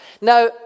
Now